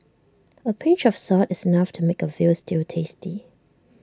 A pinch of salt is enough to make A Veal Stew tasty